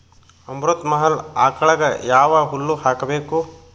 ಅಮೃತ ಮಹಲ್ ಆಕಳಗ ಯಾವ ಹುಲ್ಲು ಹಾಕಬೇಕು?